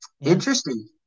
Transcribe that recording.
Interesting